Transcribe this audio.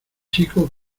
chico